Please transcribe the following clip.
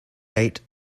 eight